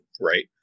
right